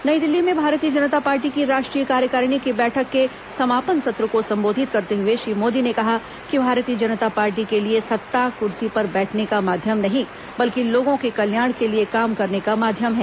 नई दिल्ली में भारतीय जनता पार्टी की राष्ट्रीय कार्यकारिणी की बैठक के समापन सत्र को संबोधित करते हुए श्री मोदी ने कहा कि भारतीय जनता पार्टी के लिए सत्ता कुर्सी पर बैठने का माध्यम नहीं बल्कि लोगों के कल्याण के लिए काम करने का माध्यम है